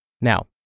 Now